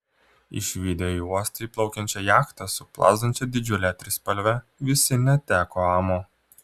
išvydę į uostą įplaukiančią jachtą su plazdančia didžiule trispalve visi neteko amo